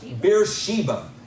Beersheba